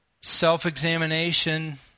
self-examination